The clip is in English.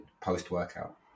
post-workout